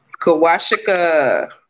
Kawashika